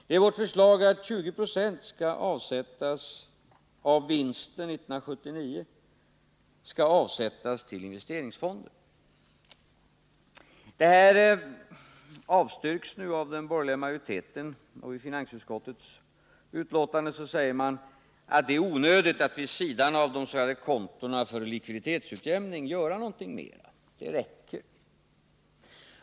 Det är vårt förslag att 20 26 av företagens vinster år 1979 skall avsättas till investeringsfonder. Det förslaget avstyrks nu av den borgerliga majoriteten, och i finansutskottets yttrande säger man att det är onödigt att vid sidan av de s.k. kontona för likviditetsutjämning göra någonting mer — det räcker.